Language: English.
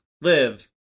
live